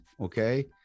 okay